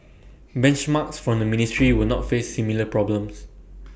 benchmarks from the ministry will not face similar problems